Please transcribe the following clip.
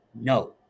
No